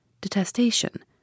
detestation